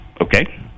okay